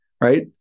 right